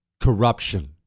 corruption